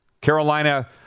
Carolina